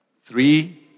Three